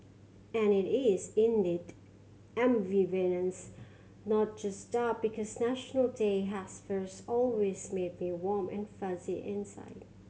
and it is indeed ambivalence not just doubt because National Day has first always made me warm and fuzzy inside